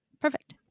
Perfect